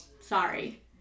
sorry